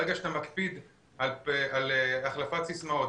ברגע שאתה מקפיד על החלפת סיסמאות,